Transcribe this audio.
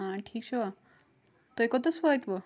ٲں ٹھیک چھوا تُہۍ کوٚتس وٲتوٕ